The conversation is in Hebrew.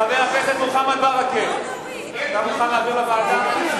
חבר הכנסת מוחמד ברכה, אתה מוכן להעביר לוועדה?